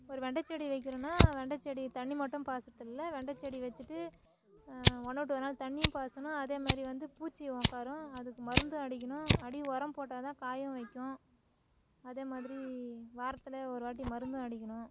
ஒரு வெண்டைச்செடி வைக்கிறோன்னா வெண்டைச்செடி தண்ணி மட்டும் பாய்ச்சறதில்ல வெண்டைச்செடி வைச்சிட்டு ஒன்று விட்டு ஒரு நாள் தண்ணியும் பாய்ச்சணும் அதே மாதிரி வந்து பூச்சியும் உக்காரும் அதுக்கு மருந்தும் அடிக்கணும் அடி உரம் போட்டால் தான் காயும் வைக்கும் அதே மாதிரி வாரத்தில் ஒருவாட்டி மருந்தும் அடிக்கணும்